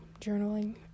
journaling